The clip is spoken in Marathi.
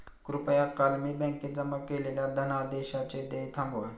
कृपया काल मी बँकेत जमा केलेल्या धनादेशाचे देय थांबवा